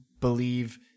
believe